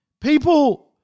People